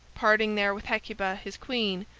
parting there with hecuba, his queen,